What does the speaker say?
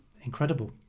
incredible